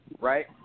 right